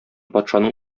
патшаның